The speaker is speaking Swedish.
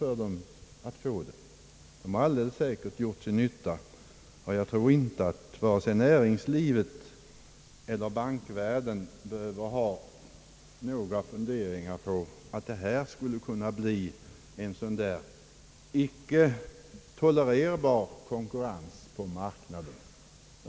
Allt detta har säkert gjort sin nytta, och jag tror inte att vare sig näringslivet eller bankvärlden behöver ha några funderingar över att här skulle kunna bli någon icke tolererbar konkurrens på marknaden.